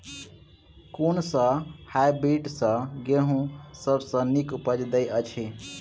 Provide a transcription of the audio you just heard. कुन सँ हायब्रिडस गेंहूँ सब सँ नीक उपज देय अछि?